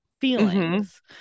feelings